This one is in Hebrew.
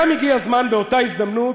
הגיע גם הזמן, באותה הזדמנות